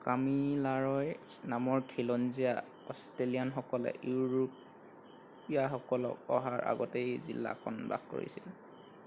কামিলাৰয় নামৰ খিলঞ্জীয়া অষ্ট্ৰেলিয়ানসকলে ইউৰোপীয়াসকলক অহাৰ আগতেই জিলাখন বাস কৰিছিল